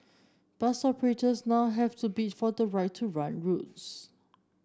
bus operators now have to bid for the right to run routes